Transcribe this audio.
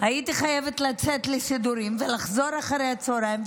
הייתי חייבת לצאת לסידורים ולחזור אחרי הצוהריים,